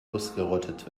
ausgerottet